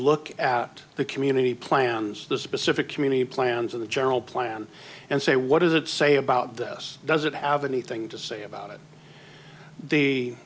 look at the community plans the specific community plans in the general plan and say what does it say about this does it have anything to say about it the